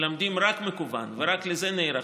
מלמדים רק מקוון ורק לזה נערכים,